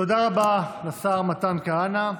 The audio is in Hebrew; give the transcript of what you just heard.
תודה רבה לשר מתן כהנא.